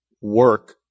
work